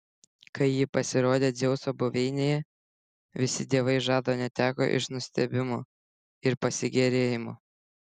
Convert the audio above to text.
kai ji pasirodė dzeuso buveinėje visi dievai žado neteko iš nustebimo ir pasigėrėjimo